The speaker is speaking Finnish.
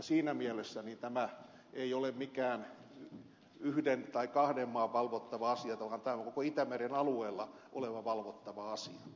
siinä mielessä tämä ei ole mikään yhden tai kahden maan valvottava asia vaan onhan tämä koko itämeren alueella oleva valvottava asia